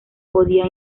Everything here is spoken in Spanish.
podía